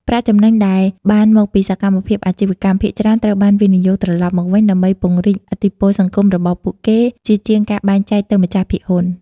ប្រាក់ចំណេញដែលបានមកពីសកម្មភាពអាជីវកម្ម ភាគច្រើនត្រូវបានវិនិយោគត្រឡប់មកវិញ ដើម្បីពង្រីកឥទ្ធិពលសង្គមរបស់ពួកគេ ជាជាងការបែងចែកទៅម្ចាស់ភាគហ៊ុន ។